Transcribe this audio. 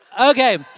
Okay